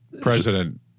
president